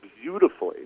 beautifully